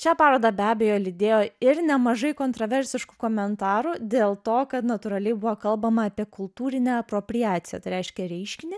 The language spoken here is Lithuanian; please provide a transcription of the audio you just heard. šią parodą be abejo lydėjo ir nemažai kontraversiškų komentarų dėl to kad natūraliai buvo kalbama apie kultūrinę apropriaciją tai reiškia reiškinį